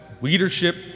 leadership